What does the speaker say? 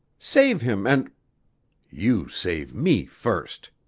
save him and you save me first,